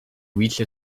reached